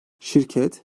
şirket